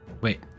Wait